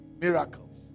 miracles